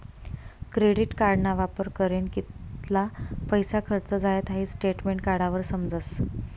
credit कार्डना वापर करीन कित्ला पैसा खर्च झायात हाई स्टेटमेंट काढावर समजस